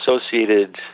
associated